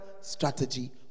strategy